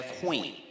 queen